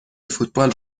فوتبال